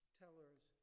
tellers